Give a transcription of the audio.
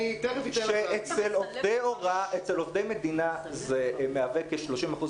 אצל עובדי מדינה זה מהווה 30 אחוז